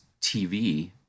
TV